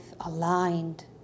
aligned